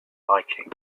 vikings